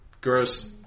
gross